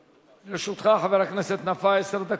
לרשותך, חבר הכנסת נפאע, עשר דקות.